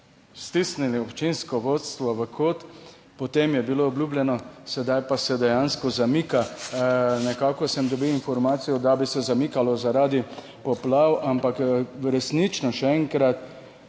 stisnili občinsko vodstvo v kot, potem je bilo obljubljeno, sedaj pa se dejansko zamika. Nekako sem dobil informacijo, da bi se zamikalo zaradi poplav, ampak resnično, še enkrat,